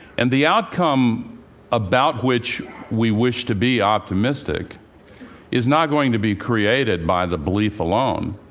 and the outcome about which we wish to be optimistic is not going to be created by the belief alone,